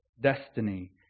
destiny